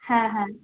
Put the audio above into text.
হ্যাঁ হ্যাঁ